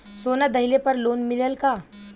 सोना दहिले पर लोन मिलल का?